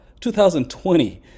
2020